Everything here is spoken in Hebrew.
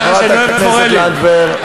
חברת הכנסת לנדבר.